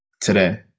today